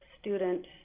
student